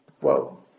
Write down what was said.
Whoa